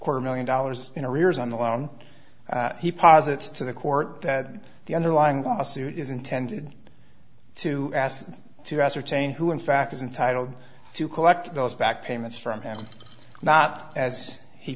quarter million dollars in arrears on the loan he posits to the court that the underlying lawsuit is intended to ask to ascertain who in fact is entitled to collect those back payments from him not as he